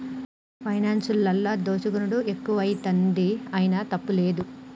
పైనాన్సులల్ల దోసుకునుడు ఎక్కువైతంది, అయినా తప్పుతలేదు